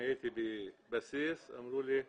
אני הייתי בבסיס, אמרו לי: